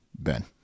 Ben